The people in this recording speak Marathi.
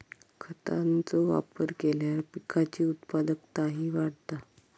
खतांचो वापर केल्यार पिकाची उत्पादकताही वाढता